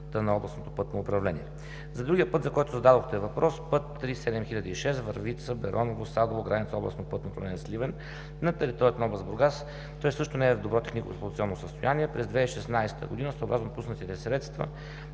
на областното пътно управление. За другия път, за който зададохте въпрос – път ІІІ-7006 Върбица – Бероново – Садово – граница на областно пътно управление Сливен, на територията на област Бургас, той също не е в добро технико-експлоатационно състояние. През 2016 г. съобразно отпуснатите средства